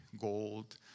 gold